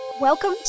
Welcome